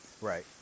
Right